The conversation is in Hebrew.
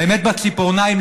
באמת בציפורניים,